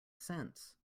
sense